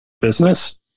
business